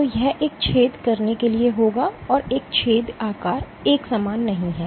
तो तो यह एक छेद करने के लिए होगा और यह छेद आकार एक समान नहीं है